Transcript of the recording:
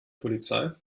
polizei